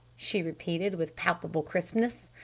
she repeated with palpable crispness,